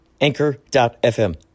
Anchor.fm